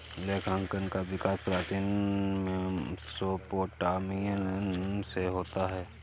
लेखांकन का विकास प्राचीन मेसोपोटामिया से होता है